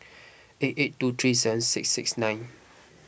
eight eight two three seven six six nine